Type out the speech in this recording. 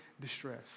distress